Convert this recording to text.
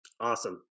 Awesome